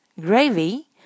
gravy